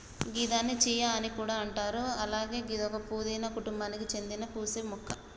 గిదాన్ని చియా అని కూడా అంటారు అలాగే ఇదొక పూదీన కుటుంబానికి సేందిన పూసే మొక్క